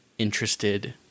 interested